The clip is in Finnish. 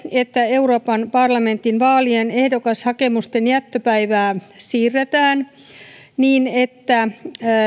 että euroopan parlamentin vaalien ehdokashakemusten jättöpäivää siirretään niin että